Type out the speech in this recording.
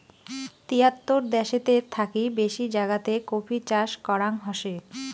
তিয়াত্তর দ্যাশেতের থাকি বেশি জাগাতে কফি চাষ করাঙ হসে